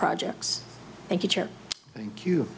projects thank you